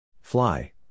Fly